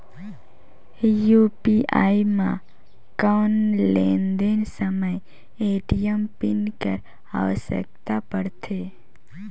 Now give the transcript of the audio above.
UPI म कौन लेन देन समय ए.टी.एम पिन कर आवश्यकता पड़थे?